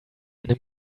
eine